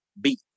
beat